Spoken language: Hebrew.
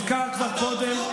הוזכר כבר קודם,